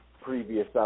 previous